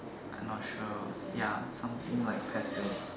not sure ya something like pastilles